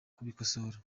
kubikosora